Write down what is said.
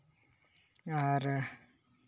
ᱟᱨ